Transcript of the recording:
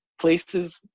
Places